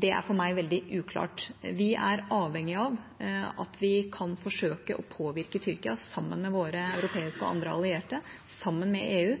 er for meg veldig uklart. Vi er avhengige av at vi kan forsøke å påvirke Tyrkia, sammen med våre europeiske og andre allierte, og sammen med EU,